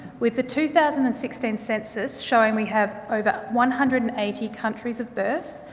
with the two thousand and sixteen census showing we have over one hundred and eighty countries of birth,